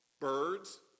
birds